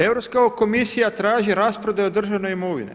Europska komisija traži rasprodaju državne imovine.